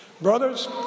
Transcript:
Brothers